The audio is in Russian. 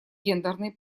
гендерной